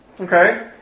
Okay